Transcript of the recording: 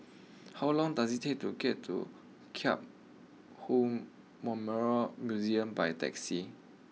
how long does it take to get to Memorial Museum by taxi